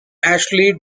ashley